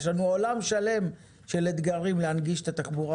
יש לנו עולם שלם של אתגרים להנגיש את התחבורה